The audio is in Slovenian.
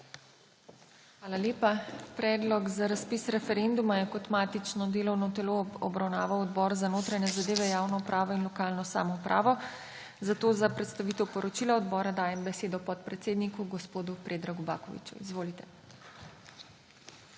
Hvala lepa. Predlog za razpis referenduma je kot matično delovno telo obravnaval Odbor za notranje zadeve, javno upravo in lokalno samoupravo, zato za predstavitev poročila odbora dajem besedo podpredsedniku gospodu Predragu Bakoviću. Izvolite.